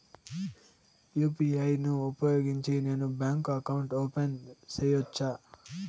UPI ను ఉపయోగించి నేను బ్యాంకు అకౌంట్ ఓపెన్ సేయొచ్చా?